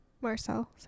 marcel